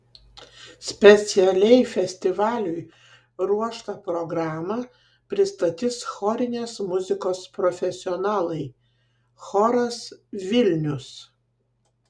specialiai festivaliui ruoštą programą pristatys chorinės muzikos profesionalai choras vilnius